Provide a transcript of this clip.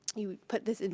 you put this,